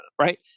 Right